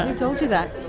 and told you that?